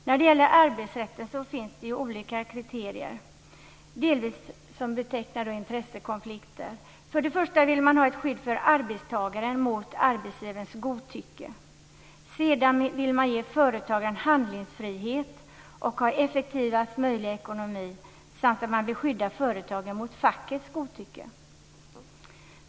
När det gäller arbetsrätten finns olika kriterier som delvis betecknar intressekonflikter. Å ena sidan vill man ha ett skydd för arbetstagaren mot arbetsgivarens godtycke. Å andra sidan vill man ge företagaren handlingsfrihet att ha effektivaste möjliga ekonomi samt skydda företagen mot fackets godtycke.